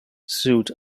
suit